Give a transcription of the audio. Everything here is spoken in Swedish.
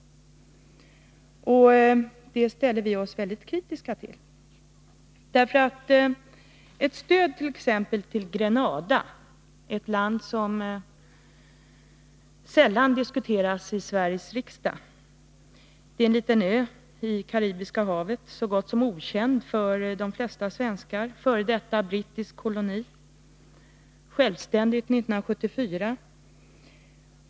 Det ställer vi oss kritiska till. Grenada är ett land som sällan diskuteras i Sveriges riksdag — det är en liten ö i Karibiska havet, så gott som okänd för de flesta svenskar, en f. d. brittisk koloni som blev självständig 1974.